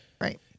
Right